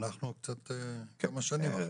אנחנו כמה שנים אחרי.